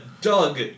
Doug